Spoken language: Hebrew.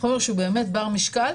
חומר שהוא בעל משקל,